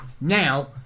Now